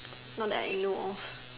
Not that I know of